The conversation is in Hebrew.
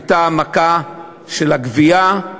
הייתה העמקה של הגבייה,